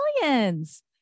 Millions